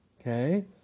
Okay